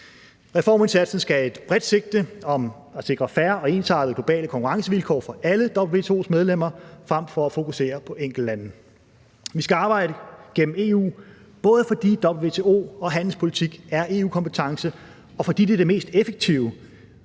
Reformindsatsen skal have et bredt sigte om at sikre færre og ensartede globale konkurrencevilkår for alle WTO's medlemmer frem for at fokusere på enkeltlande. Vi skal arbejde gennem EU, både fordi WTO og handelspolitik er EU-kompetence, og fordi det er det mest effektive.